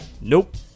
Nope